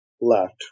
left